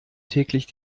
täglich